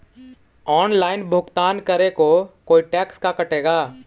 Online भुगतान करे को कोई टैक्स का कटेगा?